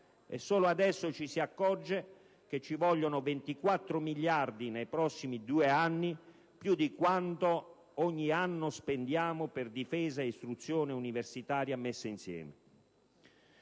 Solo adesso ci si accorge che ci vogliono 24 miliardi nei prossimi due anni, più di quanto ogni anno spendiamo per difesa e istruzione universitaria messi insieme.